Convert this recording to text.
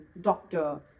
doctor